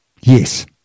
Yes